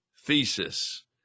thesis